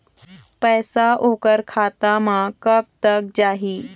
पैसा ओकर खाता म कब तक जाही?